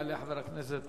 יעלה חבר הכנסת